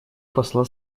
посла